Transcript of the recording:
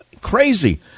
Crazy